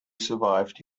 survived